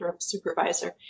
supervisor